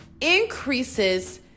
increases